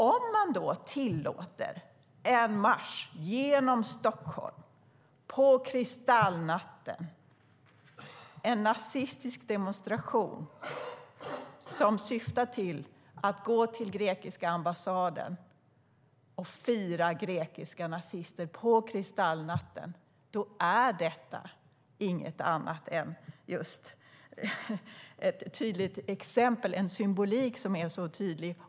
Om man då tillåter en marsch genom Stockholm, en nazistisk demonstration, som syftar till att gå till grekiska ambassaden och fira grekiska nazister på kristallnatten är detta en symbolik som är så tydlig.